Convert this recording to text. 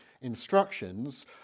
instructions